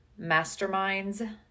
Masterminds